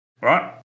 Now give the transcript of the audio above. right